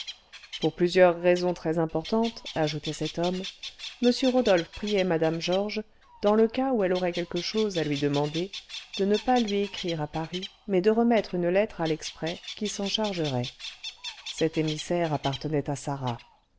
pour plusieurs raisons très importantes ajoutait cet homme m rodolphe priait mme georges dans le cas où elle aurait quelque chose à lui demander de ne pas lui écrire à paris mais de remettre une lettre à l'exprès qui s'en chargerait cet émissaire appartenait à sarah